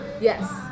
Yes